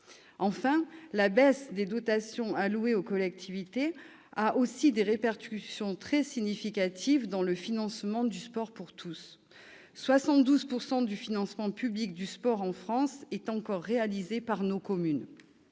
Enfin, la baisse des dotations allouées aux collectivités a aussi des répercussions très significatives dans le financement du sport pour tous : 72 % du financement public du sport en France sont encore réalisés par nos communes.